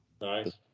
Nice